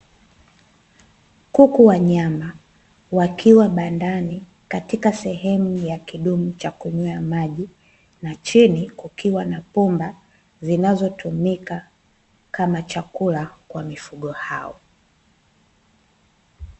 Kuku wa nyama wakiwa bandani katika sehemu ya kidumu cha kunywea maji na chini kukiwa na pumba zinazotumika kama chakula kwa mifugo hao.